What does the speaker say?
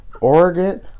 Oregon